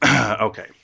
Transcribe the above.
Okay